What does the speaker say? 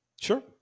Sure